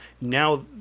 Now